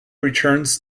returns